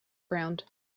ground